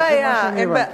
אין בעיה, אין בעיה.